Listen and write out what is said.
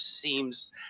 seems –